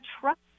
trust